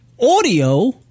Audio